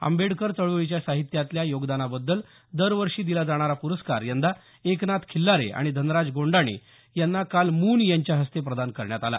आंबेडकर चळवळीच्या साहित्यातल्या योगदानबद्दल दरवर्षी दिला जाणारा प्रस्कार यंदा एकनाथ खिल्लारे आणि धनराज गोंडाणे यांना काल मून यांच्या हस्ते प्रदान करण्यात आला